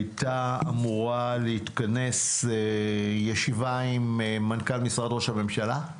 הייתה אמורה להתכנס ישיבה עם מנכ"ל משרד ראש הממשלה,